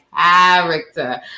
character